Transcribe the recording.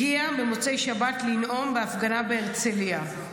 הגיעה במוצאי שבת לנאום בהפגנה בהרצליה.